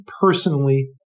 personally